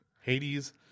Hades